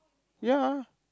ya